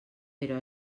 però